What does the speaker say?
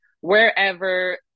wherever